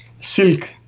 silk